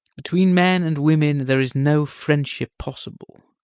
between men and women there is no friendship possible.